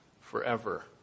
forever